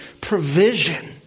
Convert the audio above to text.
provision